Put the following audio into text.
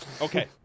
Okay